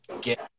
get